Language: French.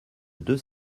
deux